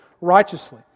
righteously